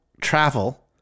travel